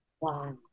wow